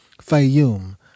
Fayyum